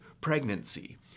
pregnancy